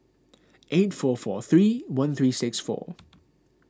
eight four four three one three six four